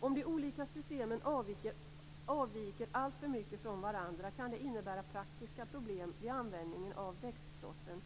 Om de olika systemen avviker alltför mycket från varandra kan det innebära praktiska problem vid användningen av växtsorten.